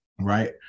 right